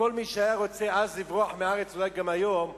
שכל מי שהיה רוצה לברוח מהארץ אז, אולי גם היום,